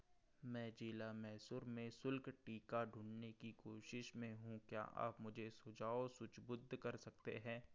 मैं जिले मैसूर में शुल्क टीका ढूँढने की कोशिश में हूँ क्या आप कुछ सुझाव सूचीबद्ध कर सकते हैं